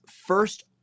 first